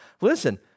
listen